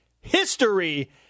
history